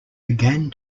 began